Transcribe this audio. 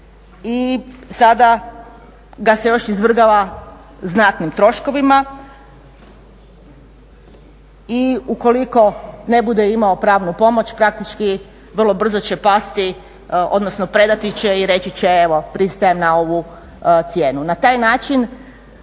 i sada ga se još izvrgava znatnim troškovima. I ukoliko ne bude imao pravnu pomoć praktički vrlo brzo će pasti, odnosno predati će i reći će evo pristajem na ovu cijenu.